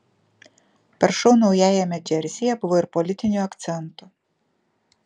per šou naujajame džersyje buvo ir politinių akcentų